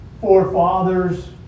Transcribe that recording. forefathers